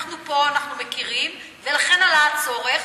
אנחנו פה, אנחנו מכירים, ולכן עלה הצורך.